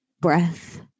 breath